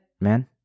man